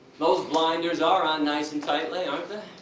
those blinders are on nice and tightly aren't